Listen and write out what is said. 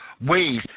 ways